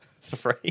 Three